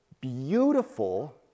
beautiful